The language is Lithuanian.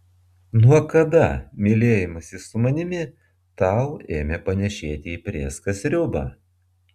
nuo kada mylėjimasis su manimi tau ėmė panėšėti į prėską sriubą